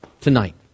tonight